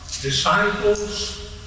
disciples